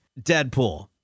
Deadpool